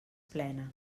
plena